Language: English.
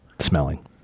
Smelling